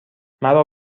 مرا